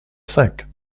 cinq